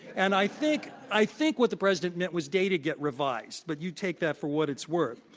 and i think i think what the president meant was data get revised, but you take that for what it's worth.